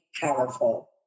powerful